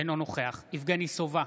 אינו נוכח יבגני סובה,